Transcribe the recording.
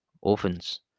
orphans